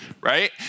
right